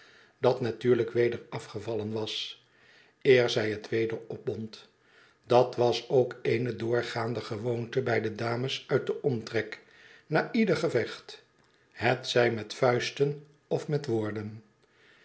dat natuurlijk weder afgevallen was eer zij het weder opbond dat was ook eene doorgaande gewoonte bij de dames uit den omtrek na ieder gevecht hetzij met vuisten of met woorden